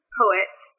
poets